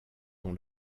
dont